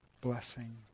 blessing